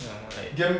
ya like